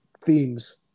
themes